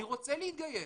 אני רוצה להתגייס,